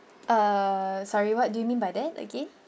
uh sorry what do you mean by that again